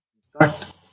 start